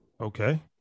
Okay